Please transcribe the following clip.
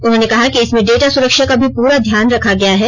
उन्होंने कहा कि इसमें डेटा सुरक्षा का भी पूरा ध्यान रखा गया है